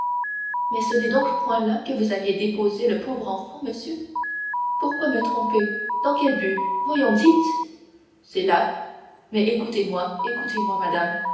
mais ce n'est donc point là que vous aviez déposé le pauvre enfant monsieur pourquoi me tromper dans quel but voyons dites c'est là mais écoutez-moi écoutez-moi madame